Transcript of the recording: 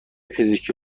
پزشکی